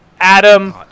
Adam